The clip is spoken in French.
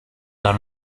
dans